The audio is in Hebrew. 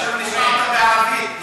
עכשיו נשמע אותה בערבית.